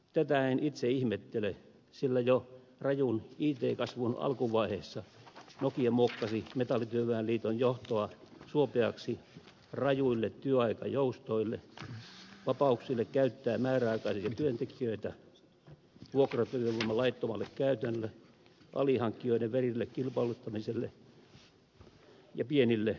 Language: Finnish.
tätä en itse ihmettele sillä jo rajun it kasvun alkuvaiheessa nokia muokkasi metallityöväen liiton johtoa suopeaksi rajuille työaikajoustoille vapauksille käyttää määräaikaisia työntekijöitä vuokratyövoiman laittomalle käytölle alihankkijoiden verille kilpailuttamiselle ja pienille palkoille